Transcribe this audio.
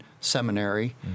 seminary